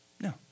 No